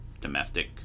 domestic